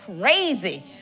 crazy